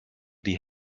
die